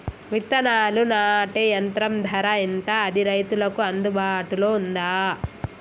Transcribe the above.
విత్తనాలు నాటే యంత్రం ధర ఎంత అది రైతులకు అందుబాటులో ఉందా?